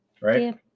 Right